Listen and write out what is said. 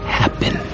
happen